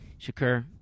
Shakur